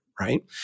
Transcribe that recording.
right